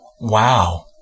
Wow